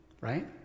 Right